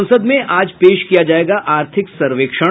संसद में आज पेश किया जायेगा आर्थिक सर्वेक्षण